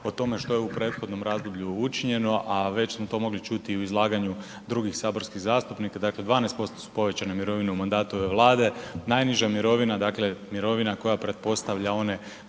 o tome što je u prethodnom razdoblju učinjeno, a već smo to mogli čuti i u izlaganju drugih saborskih zastupnika. Dakle, 12% su povećane mirovine u mandatu ove Vlade. Najniža mirovina, dakle mirovina koja pretpostavlja one